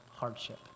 hardship